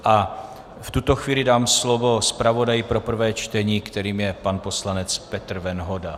V tuto chvíli dám slovo zpravodaji pro prvé čtení, kterým je pan poslanec Petr Venhoda.